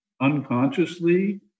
unconsciously